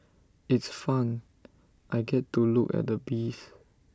it's fun I get to look at the bees